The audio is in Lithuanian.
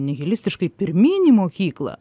nihilistiškai pirmyn į mokyklą